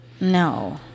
No